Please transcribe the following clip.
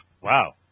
Wow